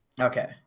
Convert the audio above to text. Okay